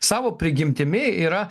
savo prigimtimi yra